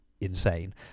Insane